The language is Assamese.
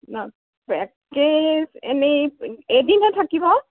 পেকেজ এনেই এদিনহে থাকিব